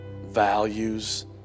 values